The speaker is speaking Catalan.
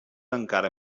encara